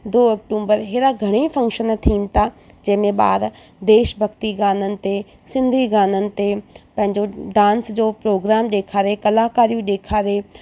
दो October हेड़ा घणेई function थियनि था जंहिं में ॿार देश भक्ति गाननि ते सिंधी गाननि ते पंहिंजो डांस जो प्रोग्राम ॾेखारे कलाकारियूं ॾेखारे